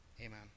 Amen